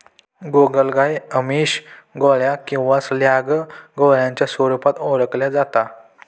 गोगलगाय आमिष, गोळ्या किंवा स्लॅग गोळ्यांच्या स्वरूपात ओळखल्या जाता